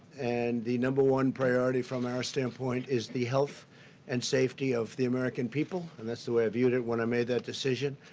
and the number one priority from our standpoint is the health and safety of the american people, and that's the way i viewed it when i made that decision.